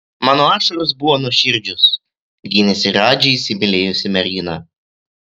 mano ašaros buvo nuoširdžios gynėsi radži įsimylėjusi mergina